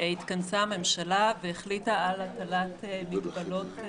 התכנסה הממשלה והחליטה על הטלת מגבלות,